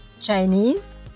Chinese